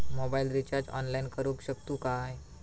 Mobile recharge online करुक शकतू काय?